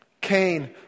Cain